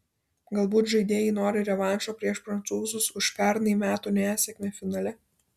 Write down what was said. galbūt žaidėjai nori revanšo prieš prancūzus už pernai metų nesėkmę finale